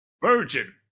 virgin